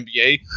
NBA